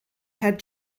had